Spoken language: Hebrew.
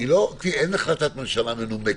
אין החלטת ממשלה מנומקת.